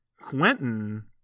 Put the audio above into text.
Quentin